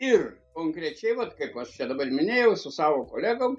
ir konkrečiai vat kaip aš čia dabar minėjau su savo kolegom